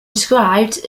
described